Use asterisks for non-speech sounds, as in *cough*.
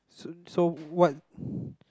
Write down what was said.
so so what *breath*